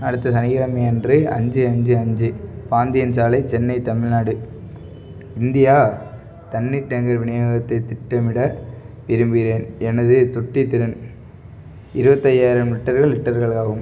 அடுத்த சனிக்கிழமை அன்று அஞ்சு அஞ்சு அஞ்சு பாந்தியன் சாலை சென்னை தமிழ்நாடு இந்தியா தண்ணீர் டேங்கர் விநியோகத்தை திட்டமிட விரும்புகிறேன் எனது தொட்டித் திறன் இருபத்தையாயிரம் லிட்டர்கள் லிட்டர்கள் ஆகும்